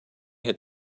had